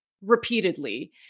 repeatedly